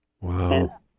Wow